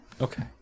Okay